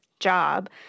job